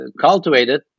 cultivated